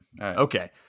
Okay